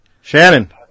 Shannon